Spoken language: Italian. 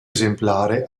esemplare